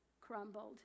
crumbled